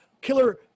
killer